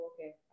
okay